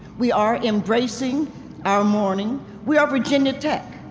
we are embracing our mourning. we are virginia tech.